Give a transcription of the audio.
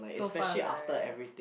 so far lah right